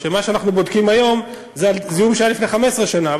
שמה שאנחנו בודקים היום זה על זיהום שהיה לפני 15 שנה?